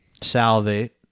salivate